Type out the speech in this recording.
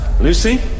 Lucy